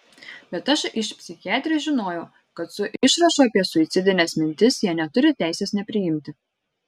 bet aš iš psichiatrės žinojau kad su išrašu apie suicidines mintis jie neturi teisės nepriimti